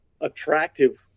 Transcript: attractive